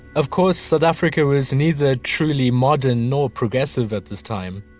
of course, south africa was neither truly modern nor progressive at this time.